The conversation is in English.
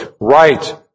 right